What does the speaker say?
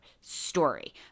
story